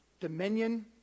dominion